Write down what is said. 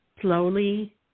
slowly